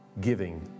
Giving